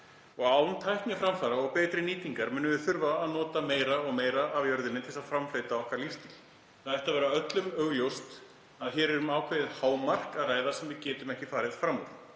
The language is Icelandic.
Án tækniframfara og betri nýtingar munum við þurfa að nota meira og meira af jörðinni til að framfleyta okkar lífsstíl. Það ætti að vera öllum augljóst að hér er um ákveðið hámark að ræða sem við getum ekki farið fram úr.